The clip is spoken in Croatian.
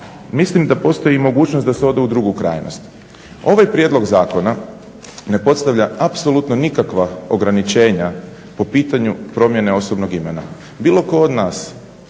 mislim da postoji i mogućnost da se ode u drugu krajnost. Ovaj prijedlog zakona ne postavlja apsolutno nikakva ograničenja po pitanju promjene osobnog imena. Bilo tko od nas